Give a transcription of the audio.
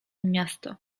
miasto